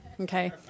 Okay